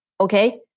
Okay